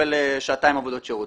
יקבל שעתיים עבודות שירות,